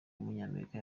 w’umunyamerika